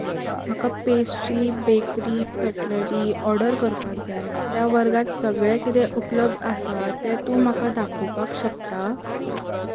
म्हाका pastry bakery cutlery order करपाक जाय त्या वर्गांत सगळें कितें उपलब्ध आसा तें तूं म्हाका दाखोवपाक शकता